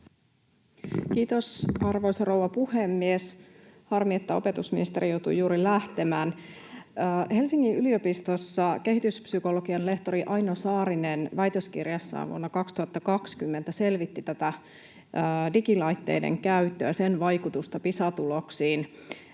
Kiitos, arvoisa rouva puhemies! Harmi, että opetusministeri joutui juuri lähtemään. Helsingin yliopistossa kehityspsykologian lehtori Aino Saarinen väitöskirjassaan vuonna 2020 selvitti tätä digilaitteiden käyttöä, sen vaikutusta Pisa-tuloksiin